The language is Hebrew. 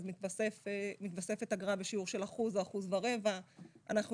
אז מתווספת אגרה בשיעור של 1% או 1.25%. אנחנו